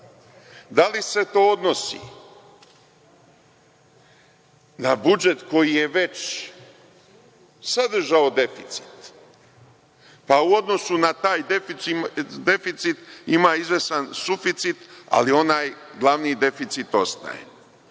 da li se to odnosi na budžet koji je već sadržao deficit, pa u odnosu na taj deficit ima izvestan suficit, ali onaj glavni deficit ostaje